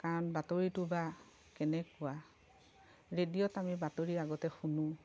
কাৰণ বাতৰিটো বা কেনেকুৱা ৰেডিঅ'ত আমি বাতৰি আগতে শুনোঁ